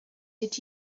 did